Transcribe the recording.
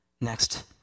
Next